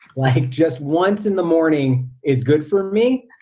like just once in the morning is good for me.